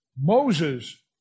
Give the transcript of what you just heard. Moses